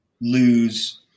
lose